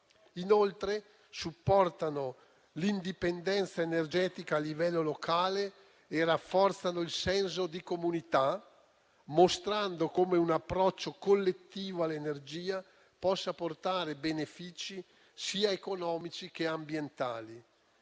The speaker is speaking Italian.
Inoltre supportano l'indipendenza energetica a livello locale e rafforzano il senso di comunità, mostrando come un approccio collettivo all'energia possa portare benefici sia economici che ambientali.